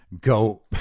go